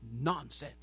nonsense